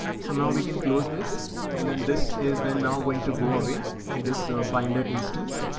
so now we can close this and then this is then now going to go away in this binder instance.